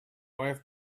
wife